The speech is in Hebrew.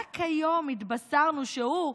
רק היום התבשרנו שהוא,